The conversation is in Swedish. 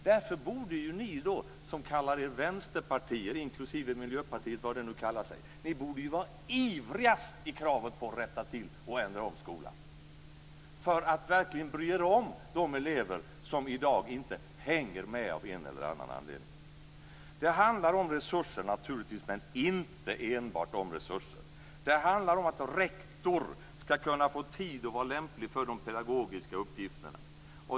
Därför borde ni som kallar er för vänsterpartister, inklusive miljöpartister, vara ivrigast i kravet att rätta till och ändra om skolan, för att verkligen bry er om de elever som i dag inte hänger med av en eller annan anledning. Det handlar naturligtvis om resurser, men inte enbart om resurser. Det handlar om att rektor ska få tid för de pedagogiska uppgifterna.